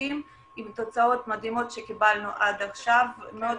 שטחים עם תוצאות מדהימות שקיבלנו עד עכשיו, מאוד